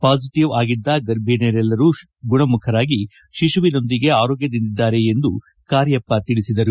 positive ತಗುಲಿದ್ದ ಗರ್ಭಿಣಿಯರೆಲ್ಲರೂ ಗುಣಮುಖರಾಗಿ ಶಿಶುವಿನೊಂದಿಗೆ ಆರೋಗ್ಯದಿಂದಿದ್ದಾರೆ ಎಂದೂ ಕಾರ್ಯಪ್ಪ ತಿಳಿಸಿದ್ದಾರೆ